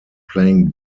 playing